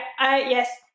yes